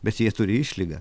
bet jie turi išlygą